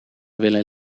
willen